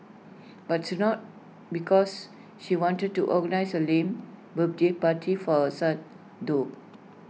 but it's not because she wanted to organise A lame birthday party for her son though